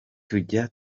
tujya